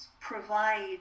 provide